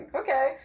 okay